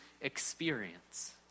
experience